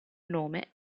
nome